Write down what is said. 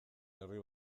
herri